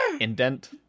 indent